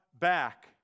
back